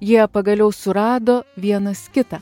jie pagaliau surado vienas kitą